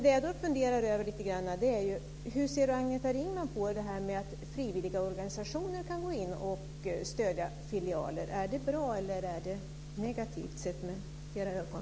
Det jag funderar över är: Hur ser Agneta Ringman på att frivilliga organisationer kan gå in och stödja filialer? Är det bra eller är det negativt, sett med era ögon?